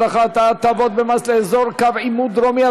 הארכת ההטבות במס לאזור קו עימות דרומי),